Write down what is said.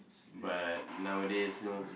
but nowadays you know